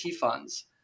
funds